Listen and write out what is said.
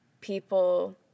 people